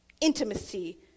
intimacy